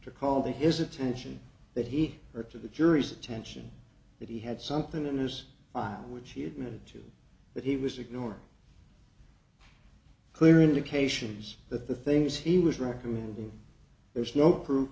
to call his attention that he or to the jury's attention that he had something in this file which he admitted to that he was ignored clear indications that the things he was recommending there was no proof